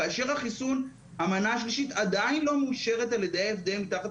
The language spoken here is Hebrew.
כאשר המנה השלישית עדיין לא מאושרת על ידי ה-FDA מתחת